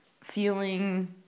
feeling